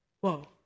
Whoa